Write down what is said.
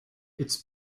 its